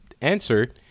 answer